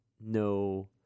no